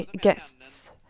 guests